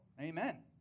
Amen